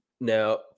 now